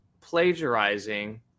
plagiarizing